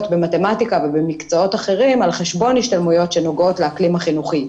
במתמטיקה ובמקצועות אחרים על חשבון השתלמויות שנוגעות לאקלים החינוכי.